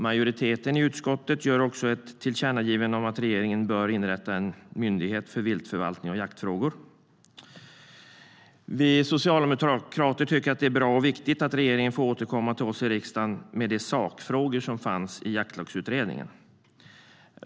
Majoriteten i utskottet gör också ett tillkännagivande om att regeringen bör inrätta en myndighet för viltförvaltning och jaktfrågor. Vi socialdemokrater tycker att det är bra och viktigt att regeringen får återkomma till oss i riksdagen med de sakfrågor som fanns i Jaktlagsutredningen.